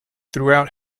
throughout